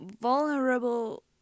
vulnerable